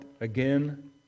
again